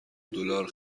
دلار